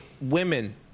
women